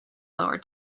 lower